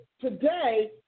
today